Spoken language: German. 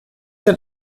dann